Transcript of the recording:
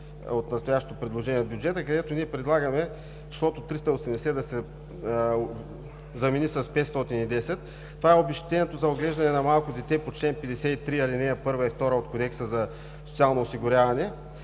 от настоящото предложение от бюджета, където ние предлагаме числото „380“ да се замени с „510“. Това е обезщетението за отглеждане на малко дете по чл. 53, алинеи 1 и 2 от Кодекса за социално осигуряване.